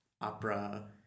opera